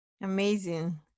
Amazing